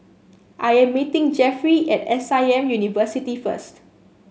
I am meeting Jefferey at S I M University first